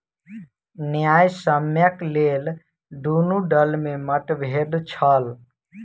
न्यायसम्यक लेल दुनू दल में मतभेद छल